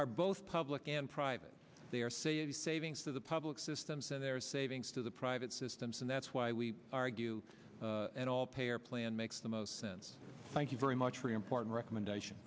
are both public and private they are saying the savings to the public system send their savings to the private systems and that's why we argue and all payer plan makes the most sense thank you very much for important recommendation